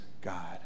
God